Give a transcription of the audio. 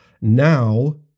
Now